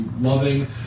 loving